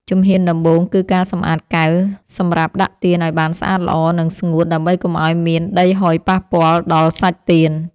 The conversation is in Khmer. ជំហានដំបូងគឺការសម្អាតកែវសម្រាប់ដាក់ទៀនឱ្យបានស្អាតល្អ និងស្ងួត ដើម្បីកុំឱ្យមានដីហុយប៉ះពាល់ដល់សាច់ទៀន។